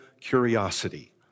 curiosity